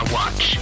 watch